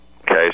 Okay